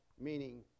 meaning